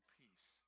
peace